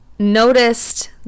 noticed